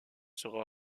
sera